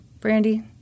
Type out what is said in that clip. Brandy